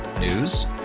News